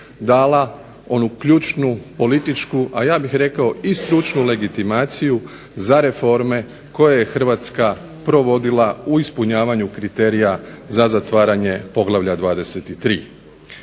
dala ključnu političku, a ja bih rekao i stručnu legitimaciju za reforme koje je Hrvatska provodila u ispunjavanju kriterija za zatvaranje poglavlja 23.